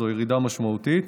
זו ירידה משמעותית,